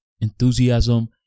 enthusiasm